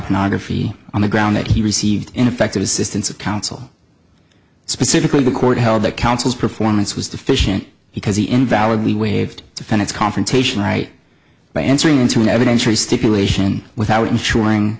pornography on the ground that he received ineffective assistance of counsel specifically the court held that counsels performance was deficient because he invalidly waived to find its confrontation right by entering into an evidentiary stipulation without ensuring